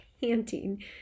panting